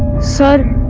son.